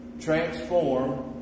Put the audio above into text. transform